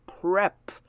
prep